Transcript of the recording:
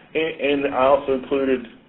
and i also included